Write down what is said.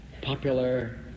popular